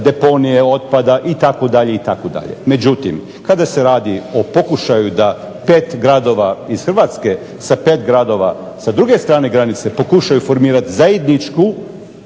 deponije otpada itd. Međutim, kada se radi o pokušaju da 5 gradova iz Hrvatske sa 5 gradova sa druge strane granice pokušaju formirati zajedničko